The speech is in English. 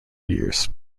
years